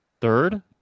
Third